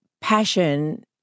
passion